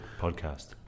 podcast